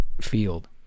field